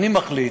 אני מחליט.